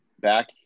back